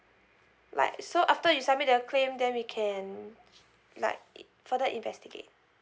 like so after you submit the claim then we can like further investigate